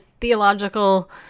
theological